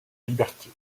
liberté